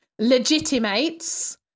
Legitimates